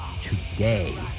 today